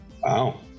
Wow